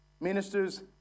Ministers